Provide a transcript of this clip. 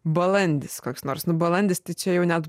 balandis koks nors nu balandis tai čia jau net